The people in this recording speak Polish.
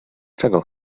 czego